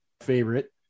favorite